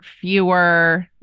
fewer